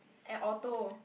at Orto